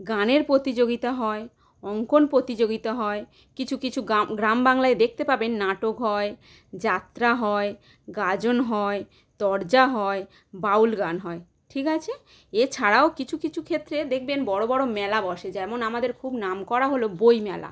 গানের প্রতিযোগিতা হয় অঙ্কণ প্রতিযোগিতা হয় কিছু কিছু গ্রামবাংলায় দেখতে পাবেন নাটক হয় যাত্রা হয় গাজন হয় তরজা হয় বাউল গান হয় ঠিক আছে এছাড়াও কিছু কিছু ক্ষেত্রে দেখবেন বড়ো বড়ো মেলা বসে যেমন আমাদের খুব নামকরা হলো বইমেলা